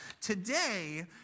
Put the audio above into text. today